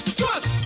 trust